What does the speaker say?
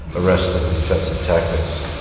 arrest and defensive tactics,